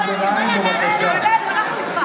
אין לו על מה לדבר בלעדינו.